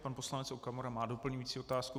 Pan poslanec Okamura má doplňující otázku.